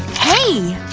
hey,